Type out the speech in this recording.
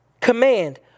command